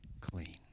clean